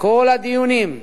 כל הדיונים,